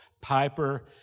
Piper